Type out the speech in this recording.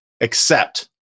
accept